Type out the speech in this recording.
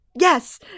Yes